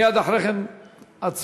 מייד אחרי כן, הצבעה.